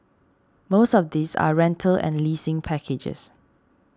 most of these are rental and leasing packages